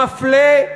מפלה,